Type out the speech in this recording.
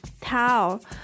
towel